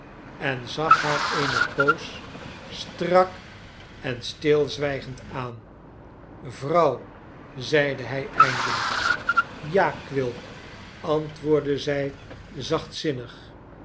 en zag haar eene poos strak en stilzwijgend aan vrouw zeide hij eindelijk ja quilp antwoordde zij